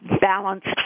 balanced